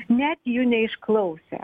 net jų neišklausę